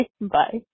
Bye